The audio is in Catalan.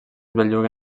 belluga